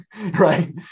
right